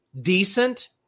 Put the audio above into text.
decent